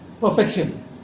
perfection